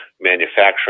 manufacturing